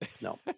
No